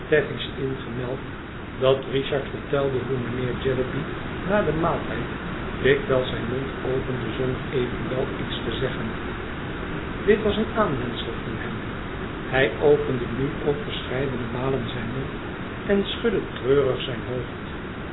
gemeld dat richard vertelde hoe mijnheer jellyby na den maaltijd dikwijls zijn mond opende zonder evenwel iets te zeggen dit was een aanwendsel van hem hij opende nu ook verscheidene malen zijn mond en schudde treurig zijn hoofd